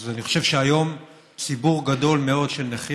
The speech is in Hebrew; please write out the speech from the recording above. אז אני חושב שהיום ציבור גדול מאוד של נכים